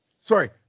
Sorry